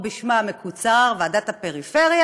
או בשמה המקוצר: ועדת הפריפריה,